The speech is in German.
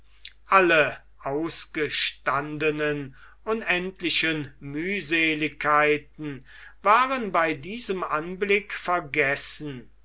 alle ausgestandenen unendlichen mühseligkeiten waren bei diesem anblick vergessen